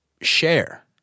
share